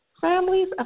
families